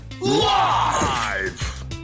Live